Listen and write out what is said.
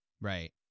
right